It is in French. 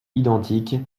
identiques